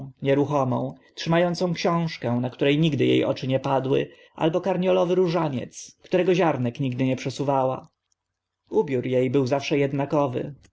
nieruchomą trzyma ącą książkę na którą nigdy e oczy nie padły albo karniolowy różaniec którego ziarnek nigdy nie przesuwała ubiór e był zawsze ednakowy